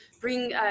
bring